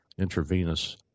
intravenous